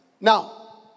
Now